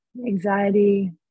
anxiety